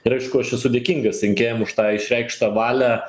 ir aišku aš esu dėkingas rinkėjam už tą išreikštą valią